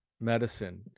medicine